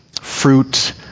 fruit